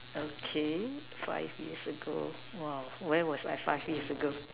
okay five years ago !wow! where was I five years ago